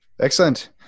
Excellent